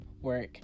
work